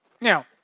now